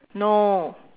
no